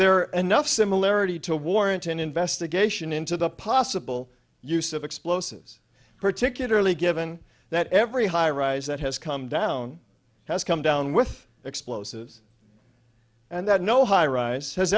there another similarity to warrant an investigation into the possible use of explosives particularly given that every high rise that has come down has come down with explosives and that no high rise has